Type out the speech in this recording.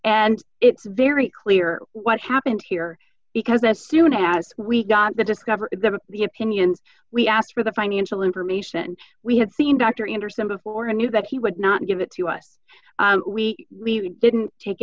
and it's very clear what happened here because as soon as we got the discovery the opinion we asked for the financial information we had seen dr anderson before the news that he would not give it to us we really didn't take